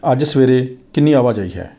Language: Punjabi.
ਅੱਜ ਸਵੇਰੇ ਕਿੰਨੀ ਆਵਾਜਾਈ ਹੈ